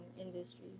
industry